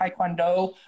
Taekwondo